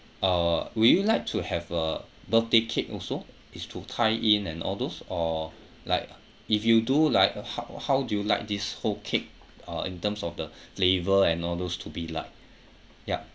uh would you like to have a birthday cake also is to tie in and all those or like if you do like a ho~ or how do you like this whole cake uh in terms of the flavour and all those to be like ya